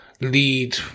lead